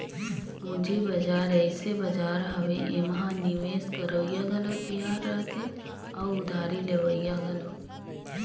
पंूजी बजार अइसे बजार हवे एम्हां निवेस करोइया घलो तियार रहथें अउ उधारी लेहोइया घलो